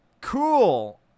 Cool